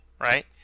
right